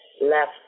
left